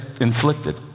inflicted